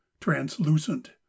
translucent